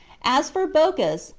as for bocchus,